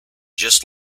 just